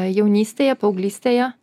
jaunystėje paauglystėje